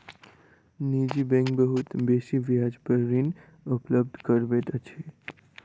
निजी बैंक बहुत बेसी ब्याज पर ऋण उपलब्ध करबैत अछि